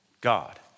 God